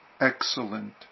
excellent